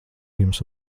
jums